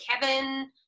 Kevin